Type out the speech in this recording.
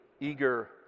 eager